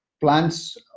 plants